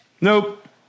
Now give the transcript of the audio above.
Nope